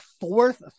fourth